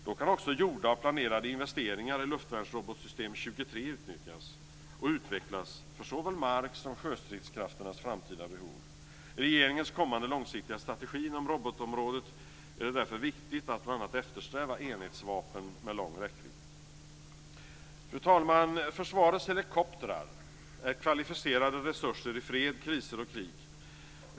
Då kan också gjorda och planerade investeringar i luftvärnsrobotsystem 23 nyttjas och utvecklas för såväl mark som sjöstridskrafternas framtida behov. I regeringens kommande långsiktiga strategi inom robotområdet är det därför viktigt att bl.a. eftersträva enhetsvapen med lång räckvidd. Fru talman! Försvarets helikoptrar är kvalificerade resurser i fred, kriser och krig.